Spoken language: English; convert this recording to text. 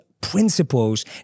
principles